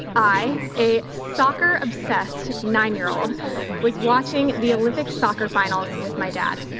i, a soccer-obsessed nine year old was watching the olympic soccer finals with my dad.